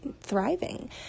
thriving